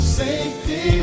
safety